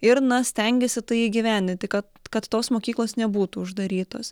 ir na stengiasi tai įgyvendinti kad kad tos mokyklos nebūtų uždarytos